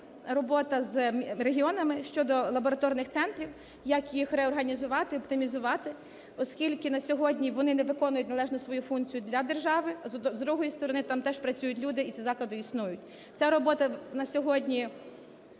робота з регіонами щодо лабораторних центрів, як їх реорганізувати, оптимізувати, оскільки на сьогодні вони не виконують належно свою функцію для держави, з другої сторони, там теж працюють люди і ці заклади існують. Ця робота на сьогодні